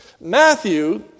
Matthew